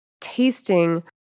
tasting